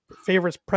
favorites